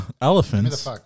Elephants